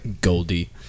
Goldie